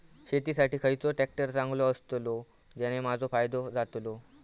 शेती साठी खयचो ट्रॅक्टर चांगलो अस्तलो ज्याने माजो फायदो जातलो?